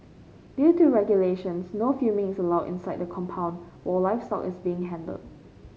due to regulations no filming is allowed inside the compound while livestock is being handled